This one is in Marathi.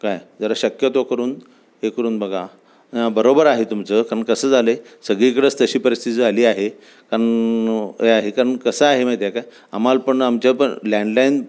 काय जरा शक्यतो करून हे करून बघा बरोबर आहे तुमचं कारण कसं झालं आहे सगळीकडंच तशी परिस्थिती झाली आहे कारण हे आहे कारण कसं आहे माहिती आहे का आम्हाला पण आमच्या पण लँडलाईन